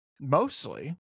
mostly